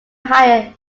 hire